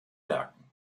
werken